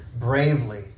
bravely